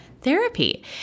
therapy